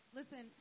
listen